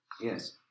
yes